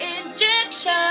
injection